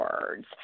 words